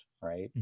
right